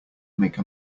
make